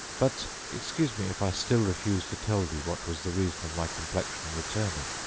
but excuse me if i still refuse to tell thee what was the reason of my complexion returning.